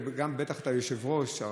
ובטח גם את היושב-ראש,